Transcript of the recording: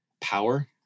power